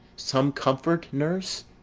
some comfort, nurse.